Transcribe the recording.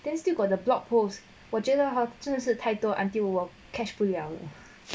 then still got the blog post 我觉得 hor 真是太多 until 我 catch 不了了